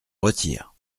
retire